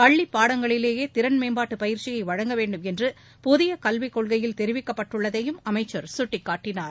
பள்ளி பாடங்களிலேயே திறன் மேம்பாட்டு பயிற்சியை வழங்க வேண்டும் என்று புதிய கல்விக்கொள்கையில் தெரிவிக்கப்பட்டுள்ளதையும் அமைச்சள் கட்டிக்காட்டினார்